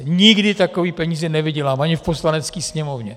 Nikdy takové peníze nevydělám, ani v Poslanecké sněmovně!